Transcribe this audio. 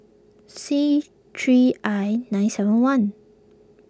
C three I nine seven one